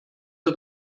sei